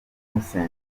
innocent